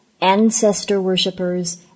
ancestor-worshippers